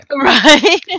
right